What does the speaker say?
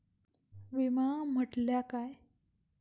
विमा म्हटल्या काय?